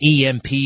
EMP